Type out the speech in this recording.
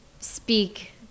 speak